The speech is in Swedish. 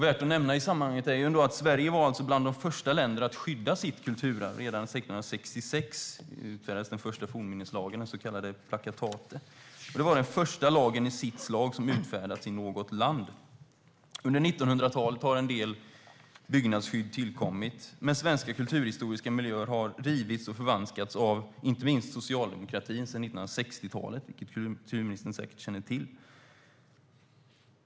Värt att nämna i sammanhanget är att Sverige var bland de första länderna att skydda sitt kulturarv. Redan 1666 utfärdades den första fornminneslagen, det så kallade plakatet. Det var den första lagen i sitt slag som utfärdats i något land. Under 1900-talet har en del byggnadsskydd tillkommit, men svenska kulturhistoriska miljöer har rivits och förvanskats - inte minst av socialdemokratin sedan 1960-talet, vilket kulturministern säkert känner till.